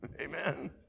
Amen